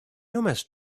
almost